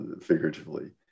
figuratively